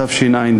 התשע"ד,